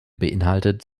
beinhaltet